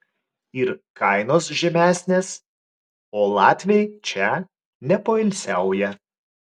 ir kainos žemesnės o latviai čia nepoilsiauja